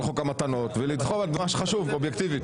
חוק המתנות ולבחור את מה שחשוב אובייקטיבית.